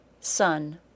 sun